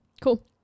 cool